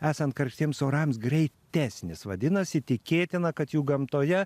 esant karštiems orams greitesnis vadinasi tikėtina kad jų gamtoje